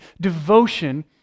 devotion